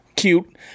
Cute